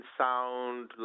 sound